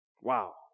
Wow